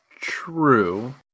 True